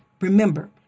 Remember